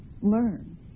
learn